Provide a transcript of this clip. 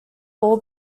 all